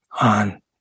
on